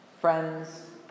Friends